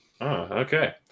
okay